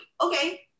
Okay